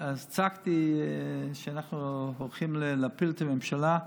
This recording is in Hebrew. וצעקתי שאנחנו הולכים להפיל את הממשלה.